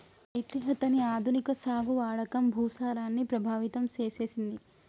అయితే అతని ఆధునిక సాగు వాడకం భూసారాన్ని ప్రభావితం సేసెసింది